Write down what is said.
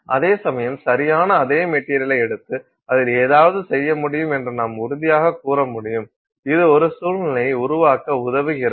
அதே சமயம் சரியான அதே மெட்டீரியலை எடுத்து அதில் ஏதாவது செய்ய முடியும் என்று நாம் உறுதியாகக் கூற முடியும் இது ஒரு சூழ்நிலையை உருவாக்க உதவுகிறது